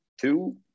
two